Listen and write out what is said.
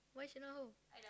why she not home I